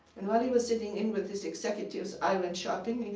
and while he was sitting in with his executives, i went shopping.